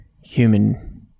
human